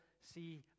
see